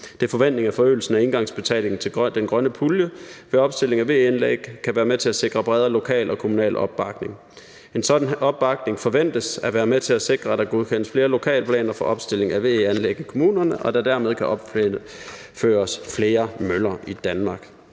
Det er forventningen, at forøgelsen af engangsbetalingen til grøn pulje ved opstilling af VE-anlæg kan være med til at sikre bredere lokal og kommunal opbakning. En sådan opbakning forventes at være med til at sikre, at der godkendes flere lokalplaner for opstilling af VE-anlæg i kommunerne, og at der dermed kan opføres flere møller i Danmark.